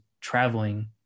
traveling